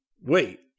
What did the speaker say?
Wait